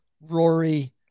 Rory